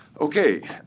ok.